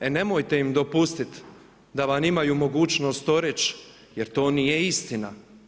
E nemojte im dopustiti da vam imaju mogućnost to reći jer to nije istina.